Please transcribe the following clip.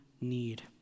need